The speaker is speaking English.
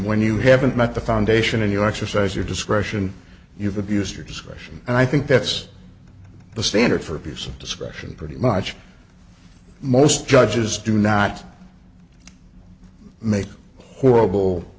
when you haven't met the foundation in your exercise your discretion you've abused her discretion and i think that's the standard for abuse of discretion pretty much most judges do not make horrible